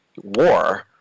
war